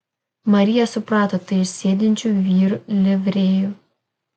marija suprato tai iš sėdinčių vyrų livrėjų